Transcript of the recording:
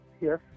Yes